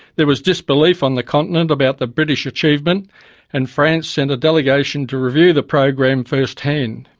there was disbelief on the continent about the british achievement and france sent a delegation to review the program first hand.